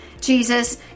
Jesus